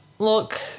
Look